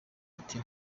ati